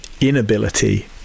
inability